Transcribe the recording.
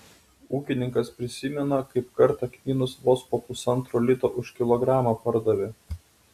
ūkininkas prisimena kaip kartą kmynus vos po pusantro lito už kilogramą pardavė